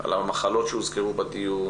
על המחלות שהוזכרו בדיון,